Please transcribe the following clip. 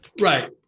Right